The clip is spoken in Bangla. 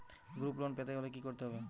গ্রুপ লোন পেতে হলে কি করতে হবে?